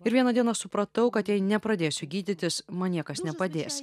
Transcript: ir vieną dieną supratau kad jei nepradėsiu gydytis man niekas nepadės